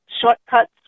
shortcuts